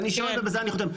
אני שואל, ובזה אני חותם.